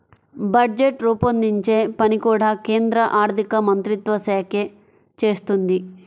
budget రూపొందించే పని కూడా కేంద్ర ఆర్ధికమంత్రిత్వ శాఖే చేస్తుంది